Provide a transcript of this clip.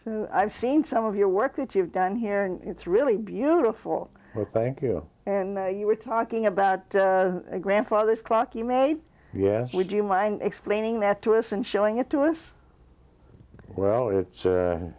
so i've seen some of your work that you've done here and it's really beautiful thank you and you were talking about a grandfather's clock you made yes would you mind explaining that to us and showing it to us well it's